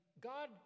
God